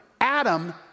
Adam